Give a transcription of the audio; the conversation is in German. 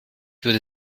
würde